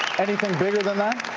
anything bigger than that?